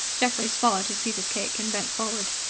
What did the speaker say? geoffrey swallowed his piece of cake, and bent forward.